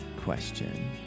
question